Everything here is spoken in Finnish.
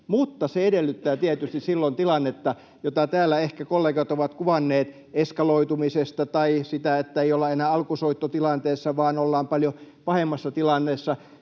mutta se edellyttää tietysti silloin tilannetta, jota täällä ehkä kollegat ovat kuvanneet eskaloitumiseksi tai että ei olla enää alkusoittotilanteessa vaan ollaan paljon pahemmassa tilanteessa.